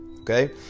Okay